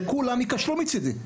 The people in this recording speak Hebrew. שכולם ייכשלו מצדי.